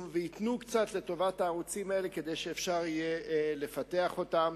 וייתנו קצת לטובת הערוצים האלה כדי שאפשר יהיה לפתח אותם.